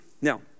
Now